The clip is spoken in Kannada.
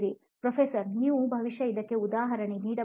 ಪ್ರೊಫೆಸರ್ ನೀವು ಬಹುಶಃ ಇದಕ್ಕೆ ಉದಾಹರಣೆ ನೀಡಬಹುದೇ